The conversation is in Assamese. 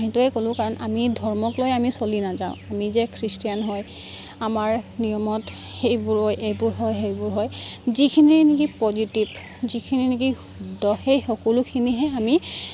সেইটোৱে ক'লোঁ কাৰণ আমি ধৰ্মক লৈ আমি চলি নাযাওঁ আমি যে খ্ৰীষ্টিয়ান হয় আমাৰ নিয়মত সেইবোৰো এইবোৰ হয় সেইবোৰ হয় যিখিনি নিকি পজিটিভ যিখিনি নিকি সেই সকলোখিনিহে আমি